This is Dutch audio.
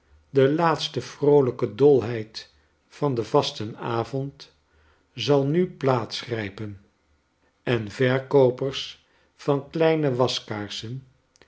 de moccoletti delaatste vroolijke dolheid van den vastenavond zal nu plaats grypen en verkoopers van kleine waskaarsen